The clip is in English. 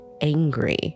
angry